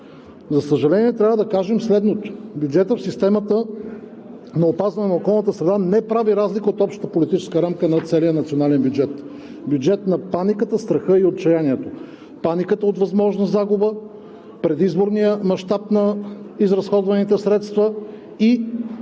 За съжаление, трябва да кажем следното: бюджетът в системата на опазване на околната среда не прави разлика от общата политическа рамка на целия национален бюджет – бюджет на паниката, страха и отчаянието, паниката от възможна загуба, предизборния мащаб на изразходваните средства и